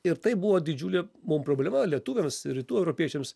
ir tai buvo didžiulė mum problema lietuviams ir rytų europiečiams